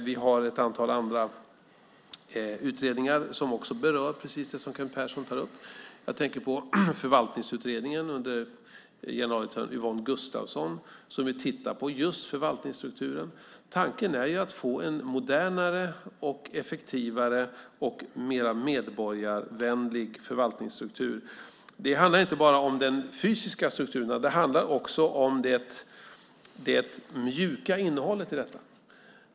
Vi har ett antal andra utredningar som också berör precis det som Kent Persson tar upp. Jag tänker på Förvaltningsutredningen under generaldirektör Yvonne Gustafsson. Den tittar på just förvaltningsstrukturen. Tanken är att få en modernare, effektivare och mer medborgarvänlig förvaltningsstruktur. Det handlar inte bara om den fysiska strukturen; det handlar också om det mjuka innehållet i detta.